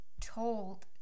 told